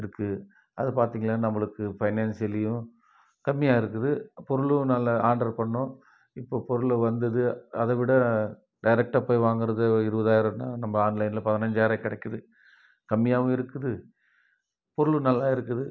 இருக்குது அதை பார்த்திங்களே நம்மளுக்கு ஃபைனான்சியலேயும் கம்மியாக இருக்குது பொருளும் நல்ல ஆட்ரு பண்ணோம் இப்போது பொருள் வந்தது அதை விட டெரெக்டாக போய் வாங்கிறது இருபதாயிரம்னா நம்ம ஆன்லைனில் பதினைஞ்சாயிரருவாக்கி கிடைக்கிது கம்மியாகவும் இருக்குது பொருளும் நல்லா இருக்குது